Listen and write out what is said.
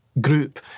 group